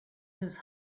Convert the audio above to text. his